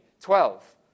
twelve